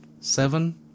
seven